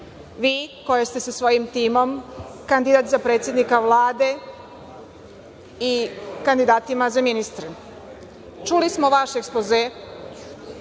vi koji ste sa svojim timom kandidat za predsednika Vlade i kandidatima za ministre, čuli smo vaš ekspoze